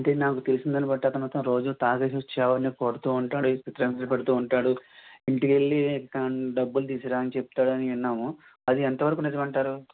అంటే నాకు తెలిసిన దాన్ని బట్టి అతను రోజు తాగేసి వచ్చి ఆవిడని కొడుతూ ఉంటాడు చిత్రహింసలు పెడుతూ ఉంటాడు ఇంటికి వెళ్ళి తనని డబ్బులు తీసుకుని రా అని చెప్తాడని విన్నాము అది ఎంత వరకు నిజమంటారు